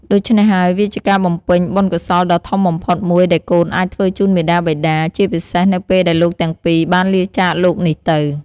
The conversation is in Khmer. ដូច្នេះហើយ វាជាការបំពេញបុណ្យកុសលដ៏ធំបំផុតមួយដែលកូនអាចធ្វើជូនមាតាបិតា ជាពិសេសនៅពេលដែលលោកទាំងពីរបានលាចាកលោកនេះទៅ។